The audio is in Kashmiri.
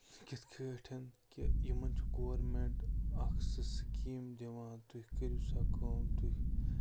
سُہ کِتھ کٔٹھۍ کہِ یِمن چھُ گورمٮ۪نٛٹ اکھ سٕہ سِکیٖم دِوان تُہۍ کٔرِو سا کٲم تُہۍ